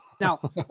Now